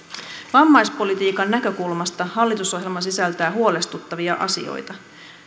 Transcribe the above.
vammaispolitiikan näkökulmasta hallitusohjelma sisältää huolestuttavia asioita